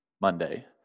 Monday